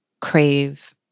crave